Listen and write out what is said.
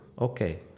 Okay